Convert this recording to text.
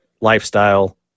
lifestyle